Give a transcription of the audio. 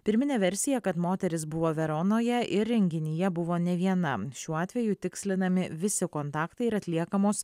pirminė versija kad moteris buvo veronoje ir renginyje buvo ne vienam šiuo atveju tikslinami visi kontaktai ir atliekamos